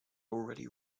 already